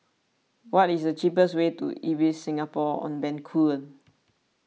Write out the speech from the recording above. what is the cheapest way to Ibis Singapore on Bencoolen